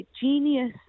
genius